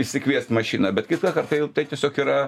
išsikviest mašiną bet kitą kartą jau tai tiesiog yra